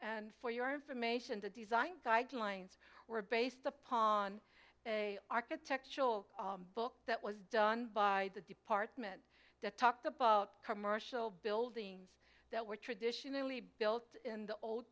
and for your information the design guidelines were based upon a architectural book that was done by the department that talked about commercial buildings that were traditionally built in the old